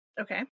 Okay